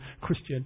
Christian